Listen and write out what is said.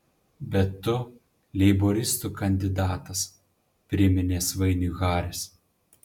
bet tu leiboristų kandidatas priminė svainiui haris